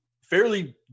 fairly